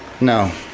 no